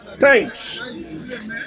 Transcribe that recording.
thanks